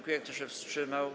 Kto się wstrzymał?